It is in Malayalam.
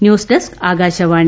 news desk Akashvani